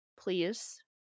please